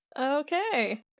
Okay